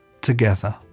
together